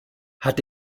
hat